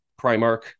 Primark